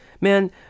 man